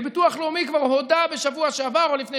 וביטוח לאומי כבר הודה בשבוע שעבר או לפני